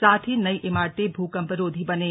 साथ ही नई इमारतें भूकंपरोधी बनें